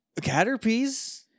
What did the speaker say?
Caterpies